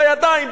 בידיים,